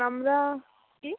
আমরা কী